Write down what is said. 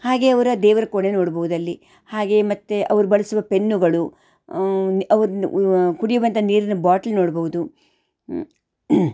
ಹಾಗೇ ಅವರ ದೇವರ ಕೋಣೆ ನೋಡ್ಬೌದಲ್ಲಿ ಹಾಗೇ ಮತ್ತು ಅವ್ರು ಬಳಸುವ ಪೆನ್ನುಗಳು ಅವ್ರು ಕುಡಿಯುವಂಥ ನೀರಿನ ಬಾಟ್ಲ್ ನೋಡ್ಬೌದು